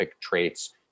traits